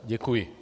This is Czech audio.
Děkuji.